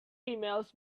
females